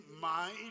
mind